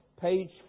page